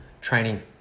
training